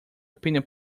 opinion